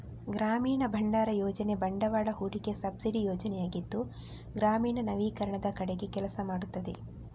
ಗ್ರಾಮೀಣ ಭಂಡಾರ ಯೋಜನೆ ಬಂಡವಾಳ ಹೂಡಿಕೆ ಸಬ್ಸಿಡಿ ಯೋಜನೆಯಾಗಿದ್ದು ಗ್ರಾಮೀಣ ನವೀಕರಣದ ಕಡೆಗೆ ಕೆಲಸ ಮಾಡುತ್ತದೆ